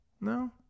no